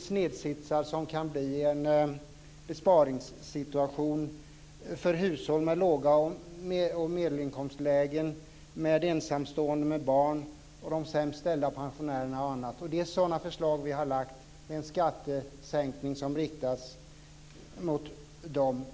snedsitsar som kan skapas i en besparingssituation för hushåll med låga inkomster och medelstora inkomster, för ensamstående med barn och de sämst ställda pensionerna. Vi har lagt fram förslag på skattesänkningar som riktas mot dem.